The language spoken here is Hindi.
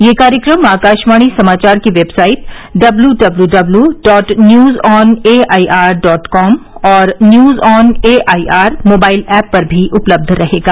यह कार्यक्रम आकाशवाणी समाचार की वेबसाइट डब्लुडब्लुडब्लु dot news on AIR dot com और न्यूजऑन एआईआर मोबाइल ऐप पर भी उपलब्ध रहेगा